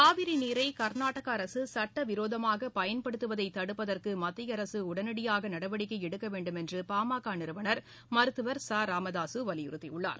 காவிரி நீரை கர்நாடக அரசு சுட்டவிரோதமாக பயன்படுத்துவதை தடுப்பதற்கு மத்திய அரசு உடனடியாக நடவடிக்கை எடுக்க வேண்டுமென்று பாமக நிறுவனர் மருத்துவர் ச ராமதாசு வலியுறுத்தியுள்ளார்